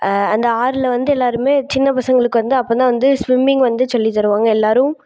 அந்த ஆறில் வந்து எல்லாேருமே சின்ன பசங்களுக்கு வந்து அப்போத்தான் வந்து ஸ்விமிங் வந்து சொல்லித்தருவாங்க எல்லாேரும்